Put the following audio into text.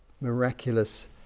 miraculous